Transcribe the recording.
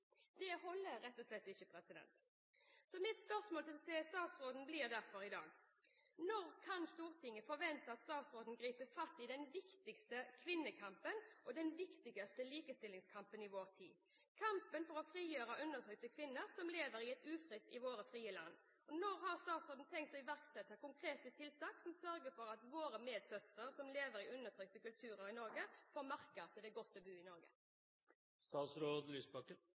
Så mitt spørsmål til statsråden blir derfor i dag: Når kan Stortinget forvente at statsråden griper fatt i den viktigste kvinnekampen og den viktigste likestillingskampen i vår tid – kampen for å frigjøre undertrykte kvinner som lever ufritt i vårt frie land? Når har statsråden tenkt å iverksette konkrete tiltak som sørger for at våre medsøstre som lever i undertrykkende kulturer i Norge, får merke at det er godt å bo i